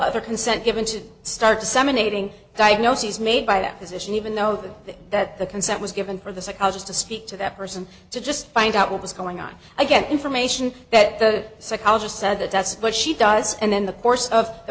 other consent given to start disseminating diagnoses made by that position even though that the consent was given for the psychologist to speak to that person to just find out what was going on i get information that the psychologist said that that's what she does and in the course of the